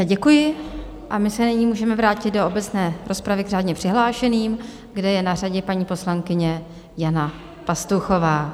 Děkuji a my se nyní můžeme vrátit do obecné rozpravy k řádně přihlášeným, kde je na řadě paní poslankyně Jana Pastuchová.